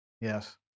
yes